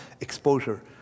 exposure